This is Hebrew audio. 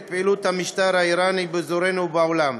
פעילות המשטר האיראני באזורנו ובעולם.